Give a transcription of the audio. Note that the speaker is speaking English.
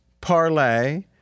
parlay